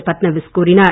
ஃபட்னவிஸ் கூறினார்